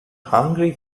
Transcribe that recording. hungry